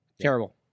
terrible